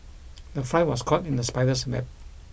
the fly was caught in the spider's web